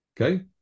Okay